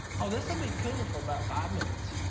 oh, this will be cool for about five minutes.